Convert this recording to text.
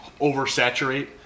Oversaturate